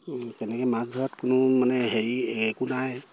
কেনেকে মাছ ধৰাত কোনো মানে হেৰি একো নাই